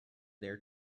their